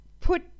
put